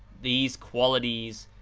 these qualities,